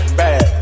bad